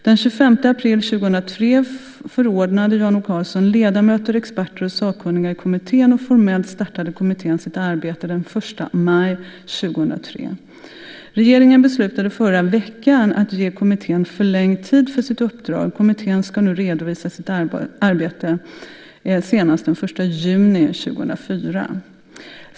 Den 25 april 2003 förordnade Jan O Karlsson ledamöter, experter och sakkunniga i kommittén, och formellt startade kommittén sitt arbete den 1 maj 2003. Regeringen beslutade förra veckan att ge kommittén förlängd tid för sitt uppdrag. Kommittén ska nu redovisa sitt uppdrag senast den 1 juni 2004.